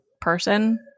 person